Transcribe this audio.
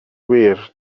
wir